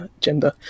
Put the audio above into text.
gender